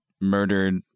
murdered